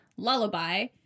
Lullaby